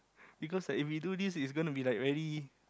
because like if we do this is going to be very